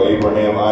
Abraham